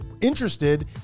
interested